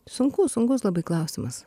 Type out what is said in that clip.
sunku sunkus labai klausimas